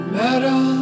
metal